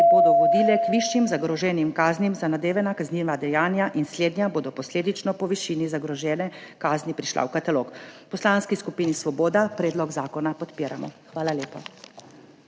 bodo vodile k višjim zagroženim kaznim za zadevna kazniva dejanja in slednja bodo posledično po višini zagrožene kazni prišla v katalog. V Poslanski skupini Svoboda predlog zakona podpiramo. Hvala lepa.